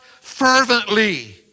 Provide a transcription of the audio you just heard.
fervently